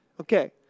Okay